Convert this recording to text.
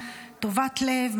טובת לב,